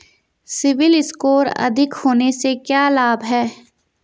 CIBIL score अधिक होने से क्या लाभ हैं?